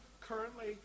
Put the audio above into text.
currently